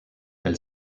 elle